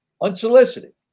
unsolicited